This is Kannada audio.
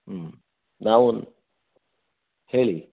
ಹ್ಞೂ ನಾವು ಒನ್ ಹೇಳಿ